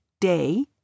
day